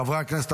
חברי הכנסת,